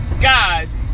guys